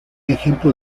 ejemplo